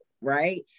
right